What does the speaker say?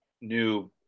new